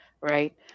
right